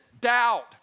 doubt